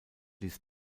ließ